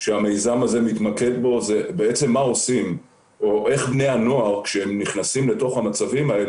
המיזם מבוסס על אפליקציה אנונימית שכאשר הם נכנסים למצבי מצוקה,